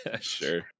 Sure